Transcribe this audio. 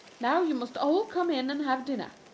now you must all come in and have dinner.